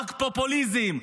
רק פופוליזם,